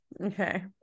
Okay